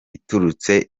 iturutse